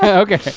yeah okay.